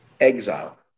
exile